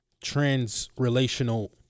trans-relational